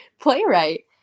playwright